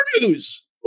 news